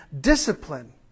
discipline